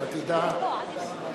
בבקשה, אדוני, עשר דקות.